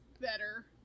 better